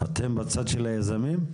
אתם בצד של היזמים?